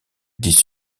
des